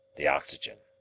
the oxygen.